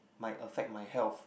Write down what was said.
might affect my health